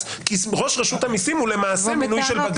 כי ראש רשות המיסים הוא למעשה מינוי של בג"ץ?